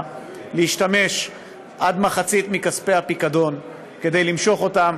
להשתמש בעד מחצית מכספי הפיקדון כדי למשוך אותם,